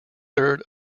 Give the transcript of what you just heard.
third